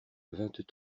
vingt